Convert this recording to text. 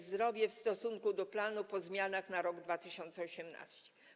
Zdrowie w stosunku do planu po zmianach na rok 2018.